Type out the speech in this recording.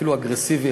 אפילו אגרסיבי,